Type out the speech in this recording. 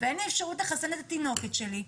ואין לי אפשרות לחסן את התינוקת שלי,